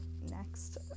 next